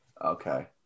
Okay